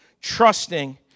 trusting